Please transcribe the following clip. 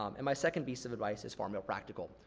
um and my second piece of advice is far more practical.